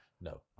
No